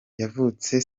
yavutse